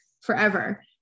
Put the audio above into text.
forever